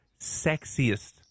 sexiest